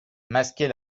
masquer